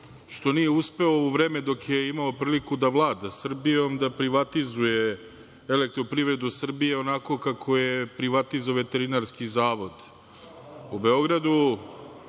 što nije uspeo u vreme dok je imao priliku da vlada Srbijom da privatizuje EPS onako kako je privatizovao Veterinarski zavod